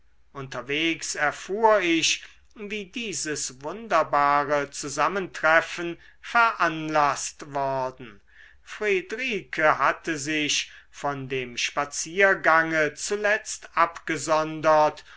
unterwegs erfuhr ich wie dieses wunderbare zusammentreffen veranlaßt worden friedrike hatte sich von dem spaziergange zuletzt abgesondert